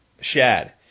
shad